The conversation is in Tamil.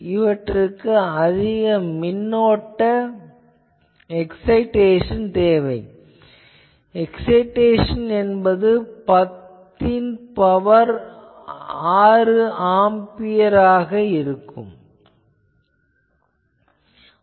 இவற்றுக்கு அதிக மின்னோட்ட எக்சைடேசன் தேவை எக்சைடேசன் என்பது 10 ன் பவர் 6 ஆம்பியர் ஆகும்